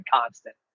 constant